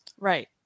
Right